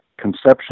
conception